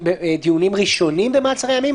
דיונים ראשוניים במעצרי ימים,